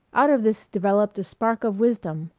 out of this developed a spark of wisdom,